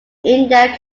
india